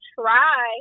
try